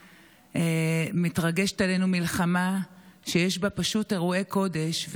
מתרגשת עלינו מלחמה שיש בה אירועי קודש,